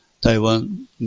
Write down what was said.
Taiwan